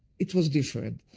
it was different.